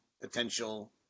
potential